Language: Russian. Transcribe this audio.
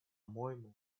моему